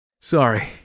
Sorry